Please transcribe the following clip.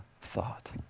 thought